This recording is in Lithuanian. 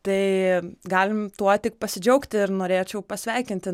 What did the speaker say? tai galim tuo tik pasidžiaugti ir norėčiau pasveikinti